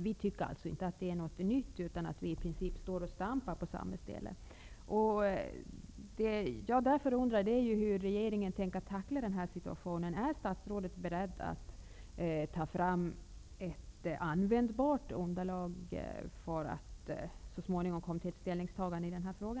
Vi tycker inte att det är något nytt, utan att man står och stampar på samma ställe. Jag undrar därför hur regeringen tänker tackla situationen. Är statsrådet beredd att ta fram ett användbart underlag för att så småningom komma fram till ett ställningstagande i denna fråga?